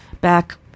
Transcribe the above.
back